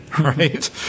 right